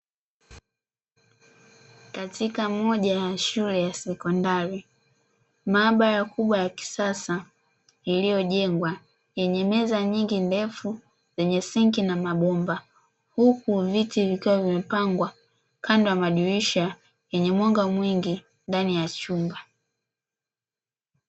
Katika moja ya shule ya sekondari, maabara kubwa ya kisasa iliyojengwa yenye meza nyingi ndefu, zenye sinki na mabomba, huku viti vikiwa vimepangwa kando ya madirisha yenye mwanga mwingi ndani ya chumba.